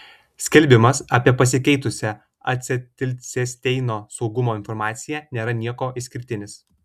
skelbimas apie pasikeitusią acetilcisteino saugumo informaciją nėra niekuo išskirtinis